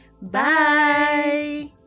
bye